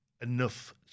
enough